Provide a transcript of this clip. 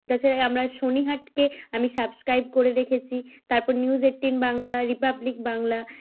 তাছাড়া আমরা সোনি আটকে আমি সাবস্ক্রাইব করে রেখেছি তারপর news eighteen Bangla republic Bangla